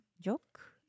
joke